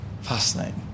fascinating